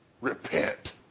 Repent